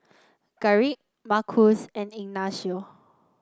Garrick Markus and Ignacio